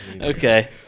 Okay